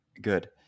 good